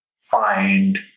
find